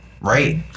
Right